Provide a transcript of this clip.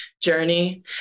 journey